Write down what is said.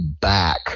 back